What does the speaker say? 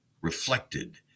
reflected